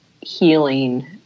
healing